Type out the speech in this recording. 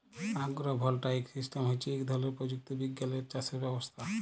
আগ্র voltaic system হচ্যে ইক ধরলের প্রযুক্তি বিজ্ঞালের চাসের ব্যবস্থা